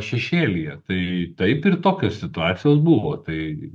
šešėlyje tai taip ir tokios situacijos buvo tai